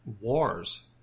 wars